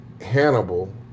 Hannibal